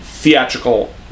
theatrical